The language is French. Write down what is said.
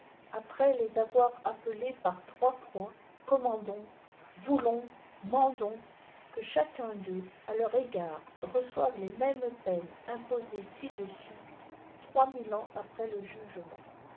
après les avoir appelés par trois fois commandons voulons mandons que chacun d'eux à leur égard reçoive les mêmes peines imposées ci-dessus trois n ille ans après le jugement